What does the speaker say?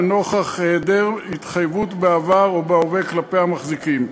ונוכח היעדר התחייבות בעבר או בהווה כלפי המחזיקים.